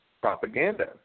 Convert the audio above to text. propaganda